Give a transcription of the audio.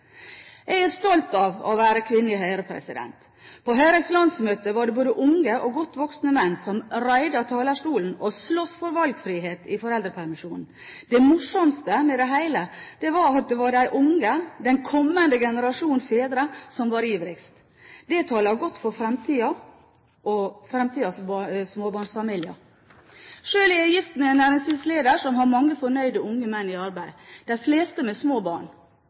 Jeg er stolt av å være kvinne i Høyre. På Høyres landsmøte var det både unge og godt voksne menn som raidet talerstolen og sloss for valgfrihet når det gjelder foreldrepermisjonen. Det morsomste med det hele var at det var de unge – den kommende generasjonen fedre, som var ivrigst. Det taler godt for fremtiden og fremtidens småbarnsfamilier. Sjøl er jeg gift med en næringslivsleder, som har mange fornøyde unge menn i arbeid – de fleste med små barn.